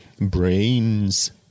brains